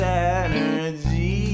energy